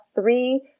three